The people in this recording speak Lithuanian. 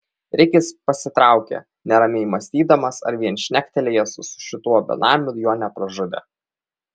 rikis pasitraukė neramiai mąstydamas ar vien šnektelėjęs su šituo benamiu jo nepražudė